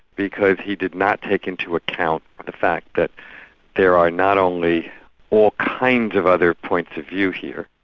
because he did not take into account the fact that there are not only all kinds of other points of view here,